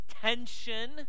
tension